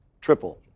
Triple